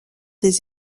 des